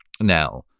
Now